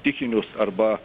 stichinius arba